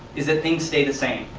is that things stay the same.